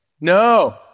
No